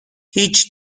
هیچ